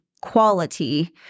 quality